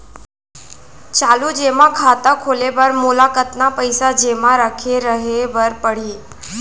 चालू जेमा खाता खोले बर मोला कतना पइसा जेमा रखे रहे बर पड़ही?